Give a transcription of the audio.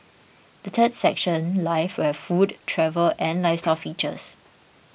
the third section life will have food travel and lifestyle features